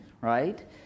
right